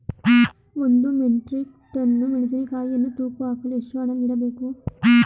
ಒಂದು metric ton ಮೆಣಸಿನಕಾಯಿಯನ್ನು ತೂಕ ಹಾಕಲು ಎಷ್ಟು ಹಣ ನೀಡಬೇಕು?